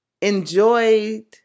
enjoyed